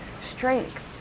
strength